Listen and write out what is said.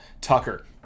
Tucker